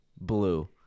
blue